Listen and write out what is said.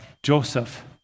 Joseph